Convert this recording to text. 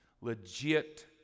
Legit